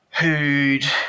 who'd